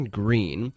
green